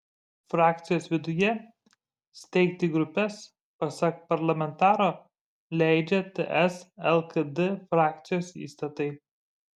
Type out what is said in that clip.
frakcijos viduje steigti grupes pasak parlamentaro leidžia ts lkd frakcijos įstatai